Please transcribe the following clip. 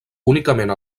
únicament